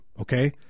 okay